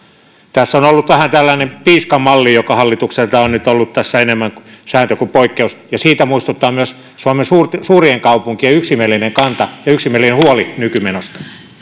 tässä on ollut vähän tällainen piiskamalli joka hallituksella on nyt ollut tässä enemmän sääntö kuin poikkeus ja siitä muistuttaa myös suomen suurien kaupunkien yksimielinen kanta ja yksimielinen huoli nykymenosta